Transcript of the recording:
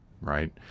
right